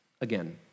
again